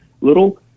little